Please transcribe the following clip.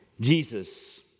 Jesus